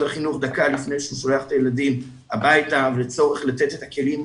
החינוך דקה לפני שהוא שולח את הילדים הביתה וצורך לתת את הכלים,